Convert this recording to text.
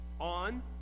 on